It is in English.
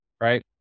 Right